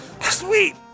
Sweet